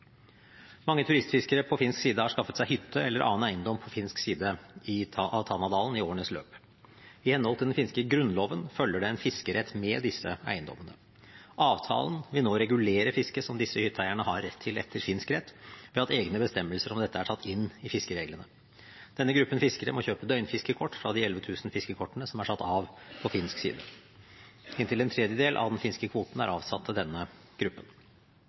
Mange turistfiskere på finsk side har skaffet seg hytte eller annen eiendom på finsk side av Tanadalen i årenes løp. I henhold til den finske grunnloven følger det en fiskerett med disse eiendommene. Avtalen vil nå regulere fisket som disse hytteeierne har rett til etter finsk rett, ved at egne bestemmelser om dette er tatt inn i fiskereglene. Denne gruppen fiskere må kjøpe døgnfiskekort fra de 11 000 fiskekortene som er satt av på finsk side. Inntil en tredjedel av den finske kvoten er avsatt til denne gruppen.